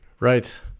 Right